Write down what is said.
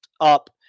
up